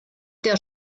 der